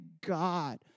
God